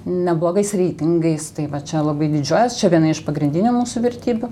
neblogais reitingais tai va čia labai didžiuojuos čia viena iš pagrindinių mūsų vertybių